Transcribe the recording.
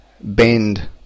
bend